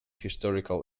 historical